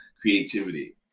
Creativity